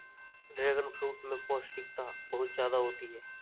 dragon fruit में पौष्टिकता बहुत ज्यादा होती है